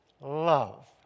Love